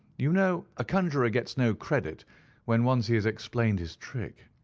you know a conjuror gets no credit when once he has explained his trick,